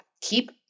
Keep